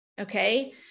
okay